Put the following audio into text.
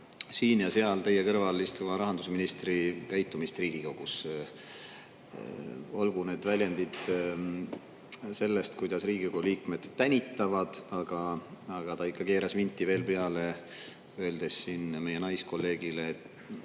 siin ja seal teie kõrval istuva rahandusministri käitumist Riigikogus. Olgu need väljendid sellest, kuidas Riigikogu liikmed tänitavad, aga ta ikka keeras vinti veel peale, öeldes siin meie naiskolleegile,